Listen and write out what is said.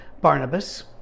barnabas